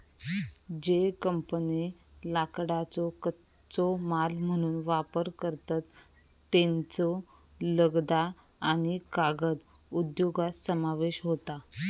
ज्ये कंपन्ये लाकडाचो कच्चो माल म्हणून वापर करतत, त्येंचो लगदा आणि कागद उद्योगात समावेश होता